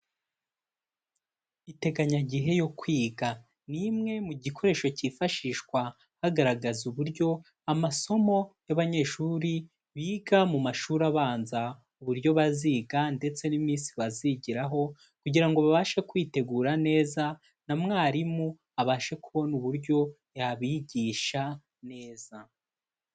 Iteganyagihe yo kwiga, ni imwe mu mugikoresho kifashishwa hagaragazwa uburyo amasomo y'abanyeshuri biga mu mashuri abanza, uburyo baziga ndetse n'iminsi bazigiraho kugira ngo babashe kwitegura neza na mwarimu abashe kubona uburyo yabigisha neza.